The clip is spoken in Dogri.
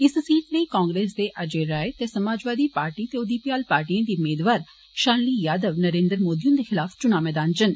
इस सीट लेई कांग्रेस दे अजय राय ते समाजवादी पार्टी ते ओदी भ्याल पार्टिएं दी मेदवार शालनी यादव नरेन्द्र मोदी हन्दे खिलाफ चुना मैदान इच न